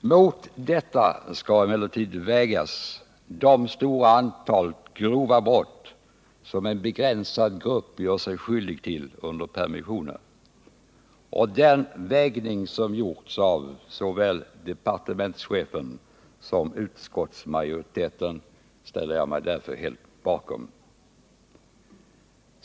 Mot detta skall emellertid ställas det stora antal grova brott som en begränsad grupp gör sig skyldig till under permissionerna. Jag ställer mig därför helt bakom den avvägning som gjorts av såväl departementschefen som utskottsmajoriteten.